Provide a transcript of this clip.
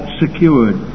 secured